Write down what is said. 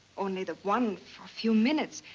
only the one for a few minutes.